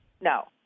No